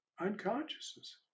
unconsciousness